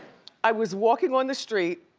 i was walking on the street.